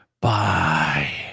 bye